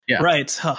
Right